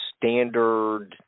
standard